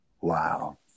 Wow